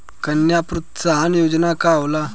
कन्या प्रोत्साहन योजना का होला?